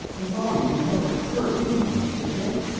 the lhari would never hurt anyone, would they?